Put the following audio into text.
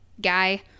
guy